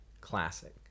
classic